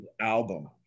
album